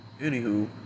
anywho